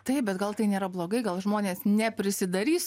taip bet gal tai nėra blogai gal žmonės neprisidarys